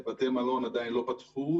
בתי מלון עדיין לא פתחו.